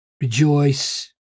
rejoice